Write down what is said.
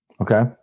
Okay